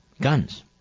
guns